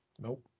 Nope